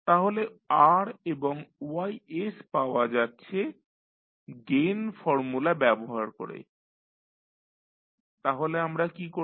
তাহলে R এবং Ys পাওয়া যাচ্ছে গেইন ফর্মুলা ব্যবহার করে তাহলে আমরা কী করব